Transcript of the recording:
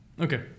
Okay